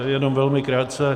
Jenom velmi krátce.